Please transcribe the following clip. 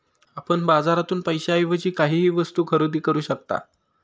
आपण बाजारातून पैशाएवजी काहीही वस्तु खरेदी करू शकता